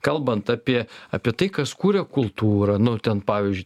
kalbant apie apie tai kas kuria kultūrą nu ten pavyzdžiui